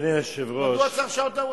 הוא צודק.